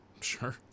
Sure